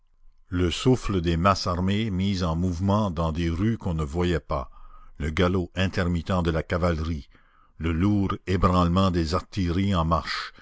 le souffle des masses armées mises en mouvement dans des rues qu'on ne voyait pas le galop intermittent de la cavalerie le lourd ébranlement des artilleries en marche